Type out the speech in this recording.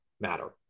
matter